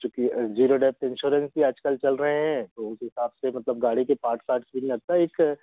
चूँकि zero depth insurance भी आज कल चल रहे हैं तो उस हिसाब से मतलब गाड़ी के पार्ट्स वार्ट्स भी लगता है इसका